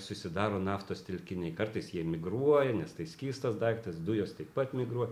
susidaro naftos telkiniai kartais jie migruoja nes tai skystas daiktas dujos taip pat migruo